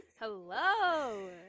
hello